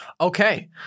Okay